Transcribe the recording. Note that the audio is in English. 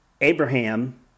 Abraham